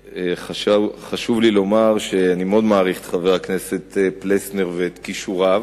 חשוב לי לומר שאני מעריך מאוד את חבר הכנסת פלסנר ואת כישוריו.